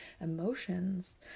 emotions